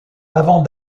avant